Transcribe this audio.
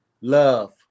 love